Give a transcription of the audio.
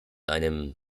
einem